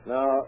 Now